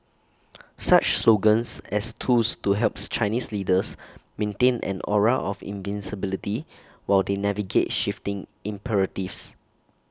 such slogans as tools to helps Chinese leaders maintain an aura of invincibility while they navigate shifting imperatives